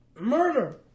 Murder